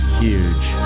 huge